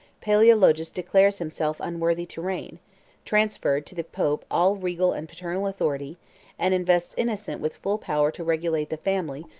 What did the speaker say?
palaeologus declares himself unworthy to reign transferred to the pope all regal and paternal authority and invests innocent with full power to regulate the family,